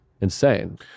insane